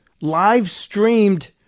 live-streamed